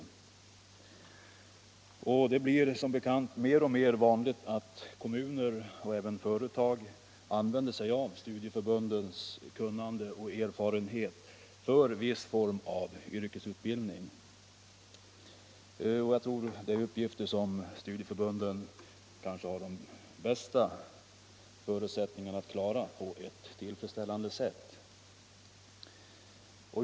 Som bekant blir det mer och mer vanligt att kommuner och även företag använder sig av studieförbundens kunnande och erfarenhet för viss form av yrkesutbildning. Det är ju uppgifter som studieförbunden kanske har de bästa förutsättningarna för att klara på ett tillfredsställande sätt.